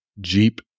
jeep